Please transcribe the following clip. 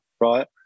right